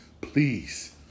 Please